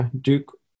Duke –